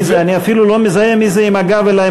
אני אפילו לא מזהה מי זה עם הגב אלי,